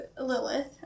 Lilith